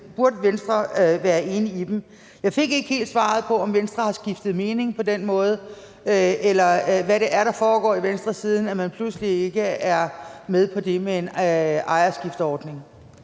burde være enige i. Jeg fik ikke helt svaret på, om Venstre har skiftet mening på den måde, eller hvad det er, der foregår i Venstre, siden man pludselig ikke er med på det med en ejerskifteordning.